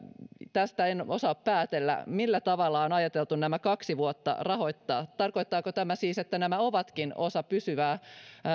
tästä en osaa päätellä millä tavalla on ajateltu nämä kaksi vuotta rahoittaa tarkoittaako tämä siis että nämä ovatkin